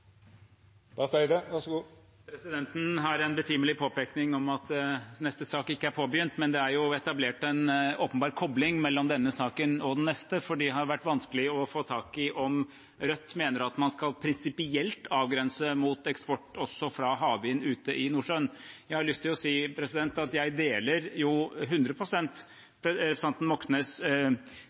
men det er etablert en åpenbar kobling mellom denne saken og den neste, for det har vært vanskelig å få tak i om Rødt mener at man prinsipielt skal avgrense mot eksport, også fra havvind ute i Nordsjøen. Jeg har lyst til å si at jeg deler 100 pst. representanten Moxnes’